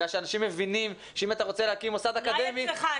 אנשים מבינים שאם אתה רוצה להקים מוסד אקדמי --- אולי אצלך,